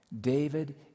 David